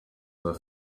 were